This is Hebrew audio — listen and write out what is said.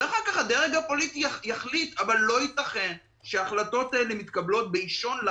ופה לגיטימי שהקבינט ידון.